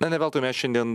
na ne veltui mes šiandien